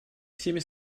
всеми